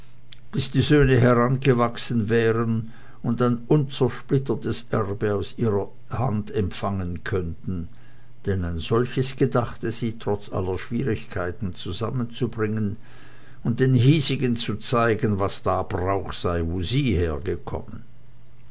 bis die söhne herangewachsen wären und ein unzersplittertes erbe aus ihrer hand empfangen könnten denn ein solches gedachte sie trotz aller schwierigkeiten zusammenzubringen und den hiesigen zu zeigen was da brauch sei wo sie hergekommen